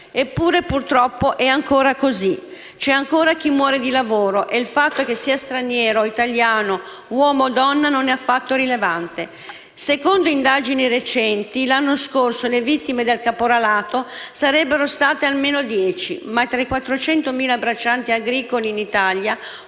Eppure, purtroppo, è ancora così. C'è ancora chi muore di lavoro, e che sia straniero o italiano, uomo o donna non è affatto rilevante. Secondo indagini recenti l'anno scorso le vittime del caporalato sarebbero state almeno dieci, ma tra i quattrocentomila braccianti agricoli in Italia,